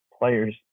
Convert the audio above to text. players